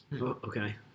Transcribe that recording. Okay